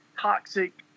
toxic